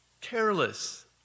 careless